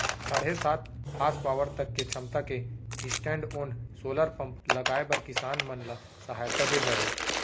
साढ़े सात हासपावर तक के छमता के स्टैंडओन सोलर पंप लगाए बर किसान मन ल सहायता दे जाही